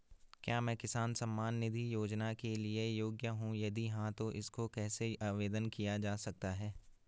क्या मैं किसान सम्मान निधि योजना के लिए योग्य हूँ यदि हाँ तो इसको कैसे आवेदन किया जा सकता है?